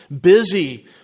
busy